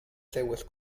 seues